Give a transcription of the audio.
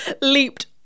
leaped